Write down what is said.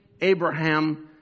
Abraham